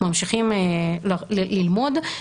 ממשיכים ללמוד,